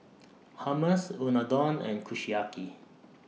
Hummus Unadon and Kushiyaki